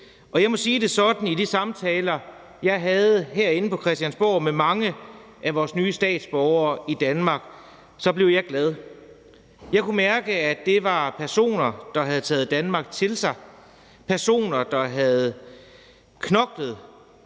og jeg må sige det sådan, at jeg blev glad over de samtaler, jeg havde herinde på Christiansborg med mange af vores nye statsborgere i Danmark. Jeg kunne mærke, at det var personer, der havde taget Danmark til sig, personer, der havde knoklet